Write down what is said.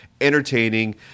entertaining